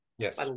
Yes